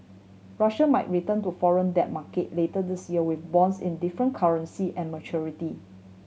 Russia might return to foreign debt market later this year with bonds in different currency and maturity